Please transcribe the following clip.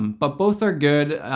um but both are good.